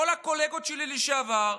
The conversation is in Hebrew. כל הקולגות שלי לשעבר,